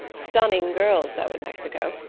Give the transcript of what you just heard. stunning girls, though, in mexico.